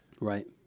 Right